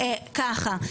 ככה,